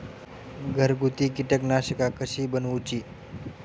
घरगुती कीटकनाशका कशी बनवूची?